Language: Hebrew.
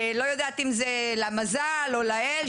אני לא יודעת אם זה למזל או לאל,